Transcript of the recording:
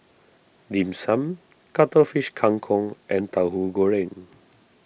Dim Sum Cuttlefish Kang Kong and Tauhu Goreng